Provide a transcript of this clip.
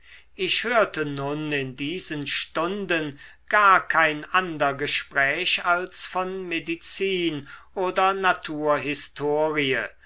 ich hörte nun in diesen stunden gar kein ander gespräch als von medizin oder